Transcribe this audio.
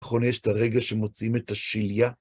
נכון יש את הרגע שמוצאים את השיליה